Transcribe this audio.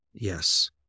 Yes